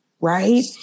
right